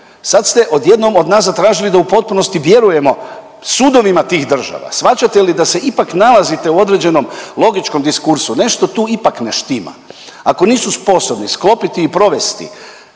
Sad ste odjednom od nas zatražili da u potpunosti vjerujemo sudovima tih država. Shvaćate li da se ipak nalazite u određenom logičkom diskursu, nešto tu ipak ne štima. Ako nisu sposobni sklopiti i provesti